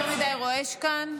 יותר מדי רועש כאן.